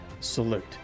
salute